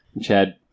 Chad